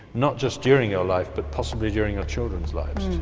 not just during your life but possibly during your children's lives